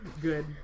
Good